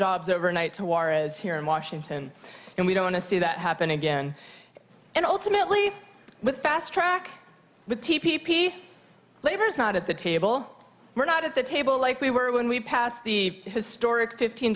jobs over night to war is here in washington and we don't want to see that happen again and ultimately with fast track with p p labor is not at the table we're not at the table like we were when we passed the historic fifteen